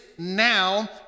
Now